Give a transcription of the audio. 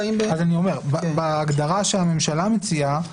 בהגדרה שהממשלה מציעה,